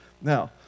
now